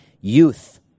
Youth